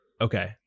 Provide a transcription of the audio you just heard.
okay